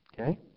Okay